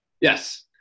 Yes